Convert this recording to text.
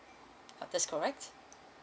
ah that's correct